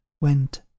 went